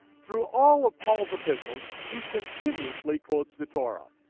through all of paul's epistles he continuously quotes the torah.